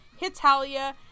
Hitalia